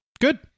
good